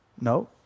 No